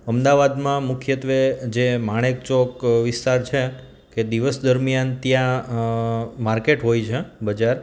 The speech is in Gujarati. અમદાવાદમાં મુખ્યત્ત્વે જે માણેકચોક વિસ્તાર છે કે દિવસ દરમિયાન ત્યાં માર્કેટ હોય છે બજાર